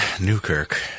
Newkirk